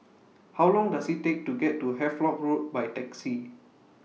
How Long Does IT Take to get to Havelock Road By Taxi